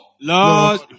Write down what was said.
lord